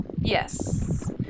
Yes